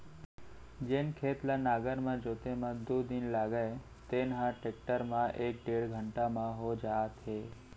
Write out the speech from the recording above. जेन खेत ल नांगर म जोते म दू दिन लागय तेन ह टेक्टर म एक डेढ़ घंटा म हो जात हे